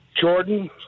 Jordan